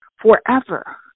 forever